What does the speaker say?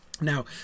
Now